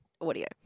audio